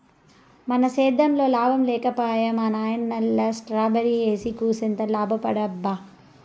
మన సేద్దెంలో లాభం లేక పోయే మా నాయనల్లె స్ట్రాబెర్రీ ఏసి కూసింత లాభపడదామబ్బా